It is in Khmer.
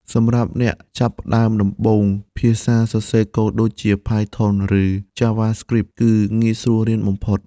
សម្រាប់អ្នកចាប់ផ្តើមដំបូង ភាសាសរសេរកូដដូចជា Python ឬ JavaScript គឺងាយស្រួលរៀនបំផុត។